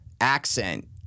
accent